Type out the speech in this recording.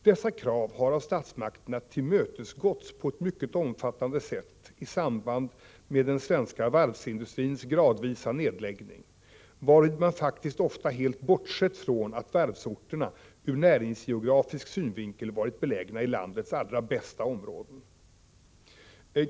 Dessa krav har av statsmakterna tillmötesgåtts på ett mycket omfattande sätt i samband med den svenska varvsindustrins gradvisa nedläggning, varvid man faktiskt ofta helt bortsett från att varvsorterna ur näringsgeografisk synvinkel varit belägna i landets allra bästa områden.